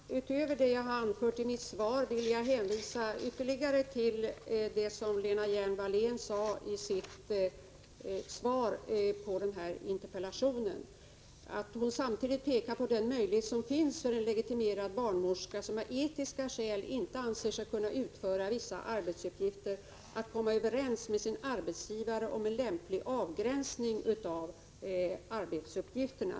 Herr talman! Utöver det jag har anfört i mitt svar vill jag hänvisa ytterligare till det som Lena Hjelm-Wallén sade i sitt interpellationssvar, där hon också pekade på den möjlighet som finns för en legitimerad barnmorska, som av etiska skäl inte anser sig kunna utföra vissa arbetsuppgifter, att komma överens med sin arbetsgivare om en lämplig avgränsning av arbetsuppgifterna.